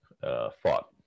thought